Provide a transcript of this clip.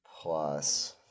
plus